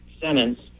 sentence